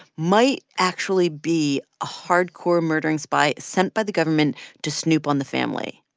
might actually be a hardcore murdering spy sent by the government to snoop on the family.